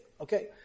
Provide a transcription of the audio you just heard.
Okay